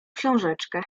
książeczkę